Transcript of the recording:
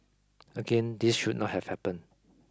again this should not have happened